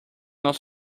nos